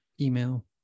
email